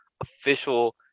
official